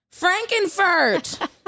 Frankenfurt